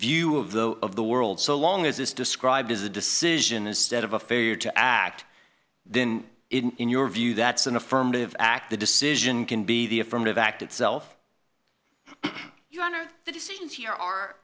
view of the of the world so long as it's described as a decision instead of a failure to act then in your view that's an affirmative act the decision can be the affirmative act itself your honor the decision